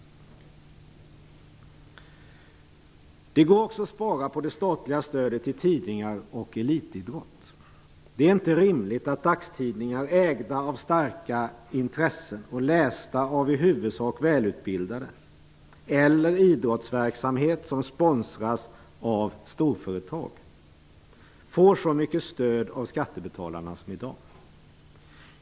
Det går också att spara på det statliga stödet till tidningar och elitidrott. Det är inte rimligt att dagstidningar, ägda av starka intressen och lästa av i huvudsak välutbildade, eller idrottsverksamhet, som sponsras av storföretag, får så mycket stöd av skattebetalarna som i dag.